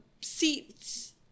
seats